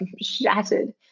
shattered